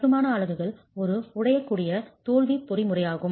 கட்டுமான அலகுகள் ஒரு உடையக்கூடிய தோல்வி பொறிமுறையாகும்